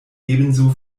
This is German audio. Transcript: ebenso